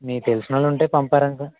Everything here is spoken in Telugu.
మీకు తెలినవాళ్లు ఉంటే పంపారనుకో